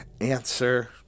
answer